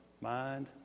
mind